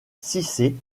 cissé